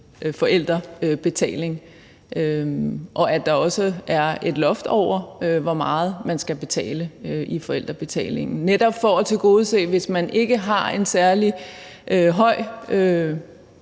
forældrebetaling, og at der også er et loft over, hvor meget man skal betale i forældrebetaling. Netop for at tilgodese det, altså hvis man ikke har en særlig høj